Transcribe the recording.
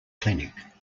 clinic